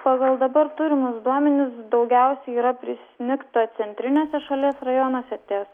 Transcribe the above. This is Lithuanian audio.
pagal dabar turimus duomenis daugiausiai yra prisnigta centriniuose šalies rajonuose ties